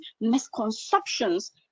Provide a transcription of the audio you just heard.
misconceptions